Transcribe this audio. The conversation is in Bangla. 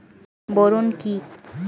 বোরন কি?